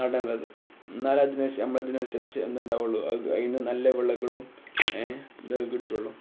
നടേണ്ടത് എന്നാൽ അതിന് നമ്മളെ അതിനനുസരിച്ചു അതുണ്ടാവുകയുള്ളൂ അതിൽ നിന്ന് നല്ല വിളകളൂം ഇത് കിട്ടുള്ളൂ